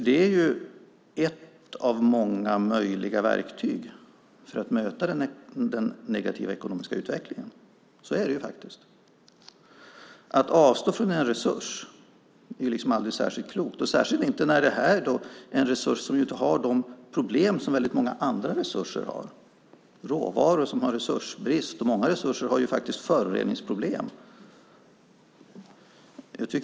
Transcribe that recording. Det är nämligen ett av många möjliga verktyg för att möta den negativa ekonomiska utvecklingen. Så är det. Att avstå från en resurs är aldrig särskilt klokt, speciellt inte när det är fråga om en resurs som inte har de problem som många andra resurser har - resurser där det råder brist på råvara, resurser med föroreningsproblem.